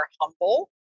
humble